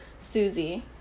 Susie